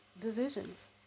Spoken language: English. decisions